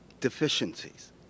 deficiencies